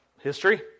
history